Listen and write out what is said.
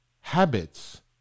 habits